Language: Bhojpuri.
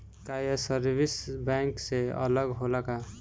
का ये सर्विस बैंक से अलग होला का?